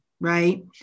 Right